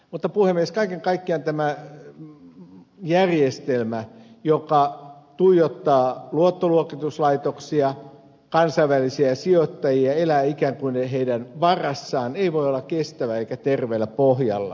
mutta puhemies kaiken kaikkiaan tämä järjestelmä joka tuijottaa luottoluokituslaitoksia kansainvälisiä sijoittajia elää ikään kuin heidän varassaan ei voi olla kestävä eikä terveellä pohjalla